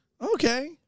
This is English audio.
Okay